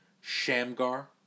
Shamgar